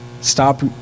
stop